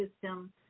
system